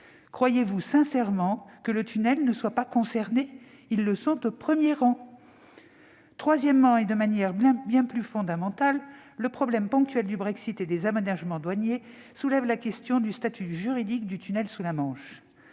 Croyez-vous sincèrement que le tunnel ne soit pas concerné ? Il l'est au premier rang. Troisièmement, et de manière bien plus fondamentale, le problème ponctuel du Brexit et des aménagements douaniers soulève la question du statut juridique du tunnel sous la Manche.